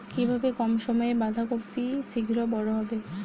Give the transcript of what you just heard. কিভাবে কম সময়ে বাঁধাকপি শিঘ্র বড় হবে?